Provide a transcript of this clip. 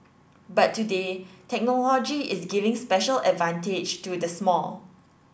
but today technology is giving special advantage to the small